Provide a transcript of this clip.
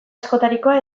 askotarikoa